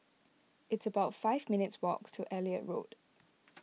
it's about five minutes' walk to Elliot Road